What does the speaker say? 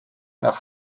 nach